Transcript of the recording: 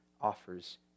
offers